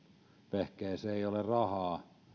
vehkeeseen ei ole rahaa